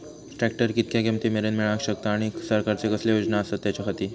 Tractor कितक्या किमती मरेन मेळाक शकता आनी सरकारचे कसले योजना आसत त्याच्याखाती?